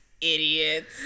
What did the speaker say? idiots